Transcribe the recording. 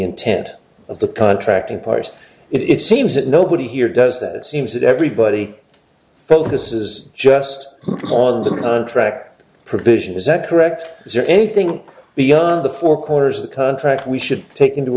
intent of the contract in part it seems that nobody here does that it seems that everybody felt this is just more than the contract provision is that correct is there anything beyond the four corners of the contract we should take into